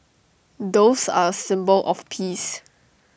doves are A symbol of peace